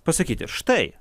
pasakyti štai